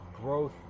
growth